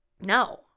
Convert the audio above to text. No